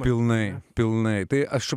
pilnai pilnai tai aš